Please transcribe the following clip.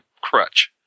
crutch